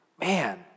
man